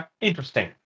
interesting